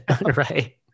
Right